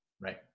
Right